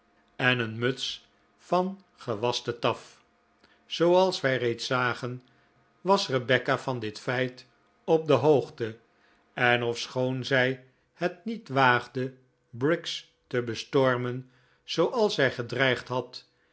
en een muts van gewaste taf zooals wij reeds zagen was rebecca van dit feit op de hoogte en ofschoon zij het niet waagde briggs te bestormen zooals zij gedreigd had